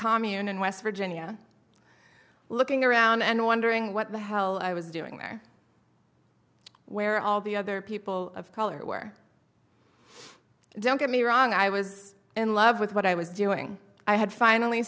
commune in west virginia looking around and wondering what the hell i was doing there where all the other people of color were don't get me wrong i was in love with what i was doing i had finally